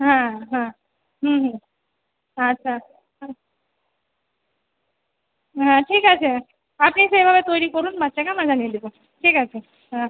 হ্যাঁ হ্যাঁ হুম হুম আচ্ছা হুম হ্যাঁ ঠিক আছে আপনি সেভাবে তৈরি করুন বাচ্চাকে আমরা জানিয়ে দেবো ঠিক আছে হ্যাঁ